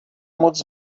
moc